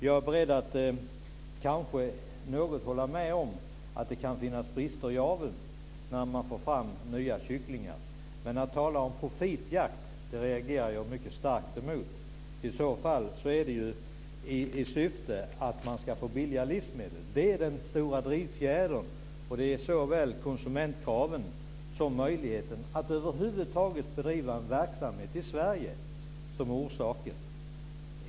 Jag är beredd att kanske i viss mån hålla med om att det kan finnas brister i aveln när man får fram nya kycklingar. Men när han talar om profitjakt så reagerar jag starkt emot det. I så fall sker det ju i syfte att få fram billiga livsmedel. Det är den stora drivfjädern. Och det är såväl konsumentkrav som möjligheten att över huvud taget bedriva verksamhet i Sverige som är orsaken.